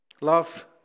Love